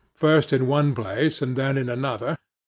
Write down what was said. first in one place, and then in another,